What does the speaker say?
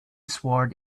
sword